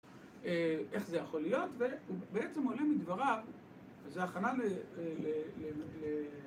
איך זה יכול להיות? ובעצם עולה מדבריו וזו הכנה ל...